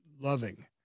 loving